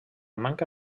manca